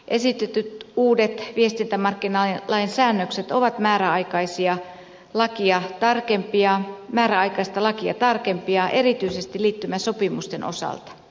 esitetyt uudet viestintämarkkinalain säännökset ovat määräaikaista lakia tarkempia erityisesti liittymäsopimusten osalta